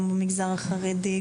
גם במגזר החרדי,